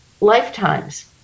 lifetimes